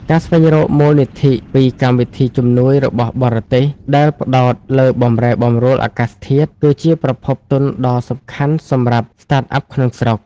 ការស្វែងរកមូលនិធិពីកម្មវិធីជំនួយរបស់បរទេស ដែលផ្ដោតលើបម្រែបម្រួលអាកាសធាតុ គឺជាប្រភពទុនដ៏សំខាន់សម្រាប់ Startup ក្នុងស្រុក។